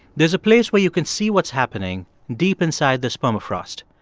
there's a place where you can see what's happening deep inside this permafrost.